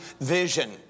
vision